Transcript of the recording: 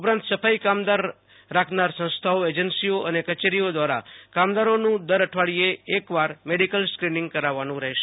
ઉપરાંત સફાઈ કામદાર રાખનાર સંસ્થાઓ એજન્સીઓએ અને કચેરીઓ દ્વારા કામદારોનું દર અઠવાડિયે એકવાર મેડીકલ સ્ક્રિનિંગ કરાવવાનું રહેશે